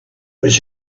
was